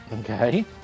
Okay